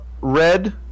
red